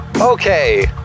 Okay